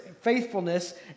faithfulness